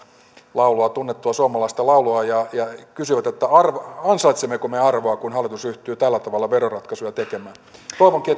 laulua tunnettua suomalaista laulua ja he kysyivät ansaitsemmeko me arvoa kun hallitus ryhtyy tällä tavalla veroratkaisuja tekemään toivonkin